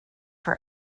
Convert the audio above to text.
for